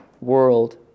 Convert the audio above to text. world